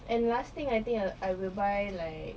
and last thing I think I will buy like